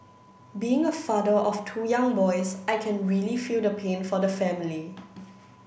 being a father of two young boys I can really feel the pain for the family